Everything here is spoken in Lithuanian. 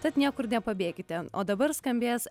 tad niekur nepabėkite o dabar skambės